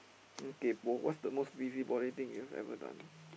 mm kaypoh what's the most busybody thing you have ever done